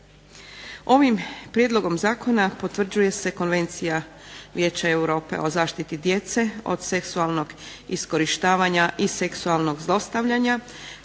Ovim prijedlogom zakona potvrđuje se Konvencija Vijeća Europe o zaštiti djece od seksualnog iskorištavanja i seksualnog zlostavljanja